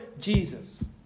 Jesus